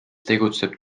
tegutseb